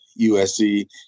USC